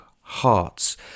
Hearts